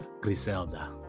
Griselda